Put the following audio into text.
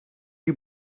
you